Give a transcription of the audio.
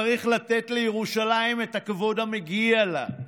צריך לתת לירושלים את הכבוד המגיע לה,